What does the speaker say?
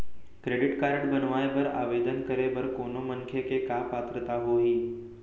Credit card बनवाए बर आवेदन करे बर कोनो मनखे के का पात्रता होही?